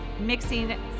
mixing